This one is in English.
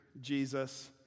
Jesus